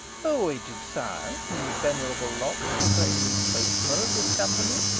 ho! aged sire, whose venerable locks proclaim thee spokesman of this company,